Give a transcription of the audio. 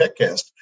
TechCast